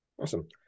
Awesome